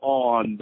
on